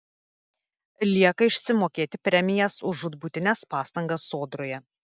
lieka išsimokėti premijas už žūtbūtines pastangas sodroje